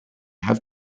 have